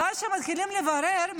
ואז כשמתחילים לברר,